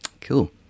Cool